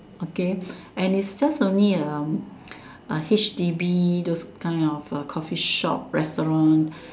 okay and is just only a a H_D_B those kind of a Coffee shop restaurant